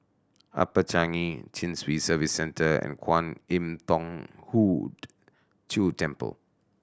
Upper Changi Chin Swee Service Centre and Kwan Im Thong Hood Cho Temple